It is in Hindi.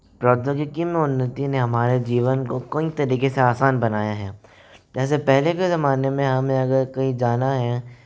प्रौद्योगिकी में उन्नति ने हमारे जीवन को कई तरीके से आसान बनाया है वैसे पहले के ज़माने में हमें अगर कहीं जाना है